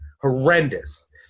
horrendous